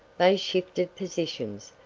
they shifted positions.